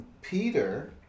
Peter